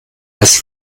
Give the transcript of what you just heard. als